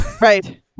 Right